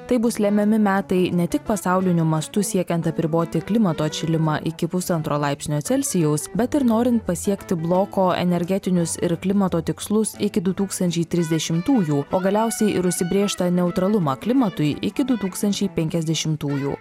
tai bus lemiami metai ne tik pasauliniu mastu siekiant apriboti klimato atšilimą iki pusantro laipsnio celsijaus bet ir norint pasiekti bloko energetinius ir klimato tikslus iki du tūkstančiai trisdešimtųjų o galiausiai ir užsibrėžtą neutralumą klimatui iki du tūkstančiai penkiasdešimtųjų